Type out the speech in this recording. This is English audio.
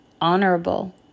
honorable